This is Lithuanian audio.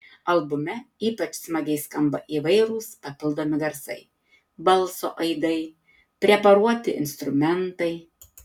albume ypač smagiai skamba įvairūs papildomi garsai balso aidai preparuoti instrumentai